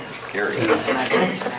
scary